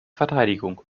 verteidigung